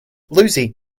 lucy